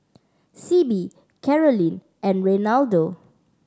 Sibbie Caroline and Reinaldo